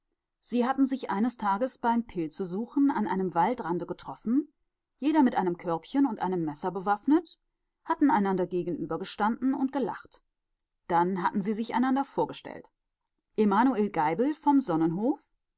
sie hatten sich eines tages beim pilzesuchen an einem waldrande getroffen jeder mit einem körbchen und einem messer bewaffnet hatten einander gegenübergestanden und gelacht dann hatten sie sich einander vorbestellt emanuel geibel vom